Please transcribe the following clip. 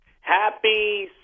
Happy